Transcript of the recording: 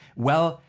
well,